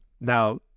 Now